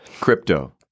crypto